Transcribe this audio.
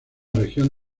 región